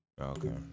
Okay